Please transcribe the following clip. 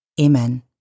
Amen